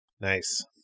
Nice